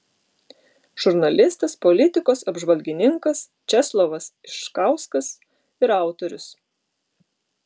žurnalistas politikos apžvalgininkas česlovas iškauskas ir autorius